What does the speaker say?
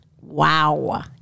wow